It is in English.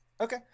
Okay